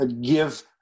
give